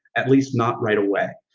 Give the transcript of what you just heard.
at least not right away,